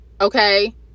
Okay